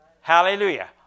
hallelujah